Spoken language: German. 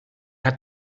hat